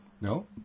No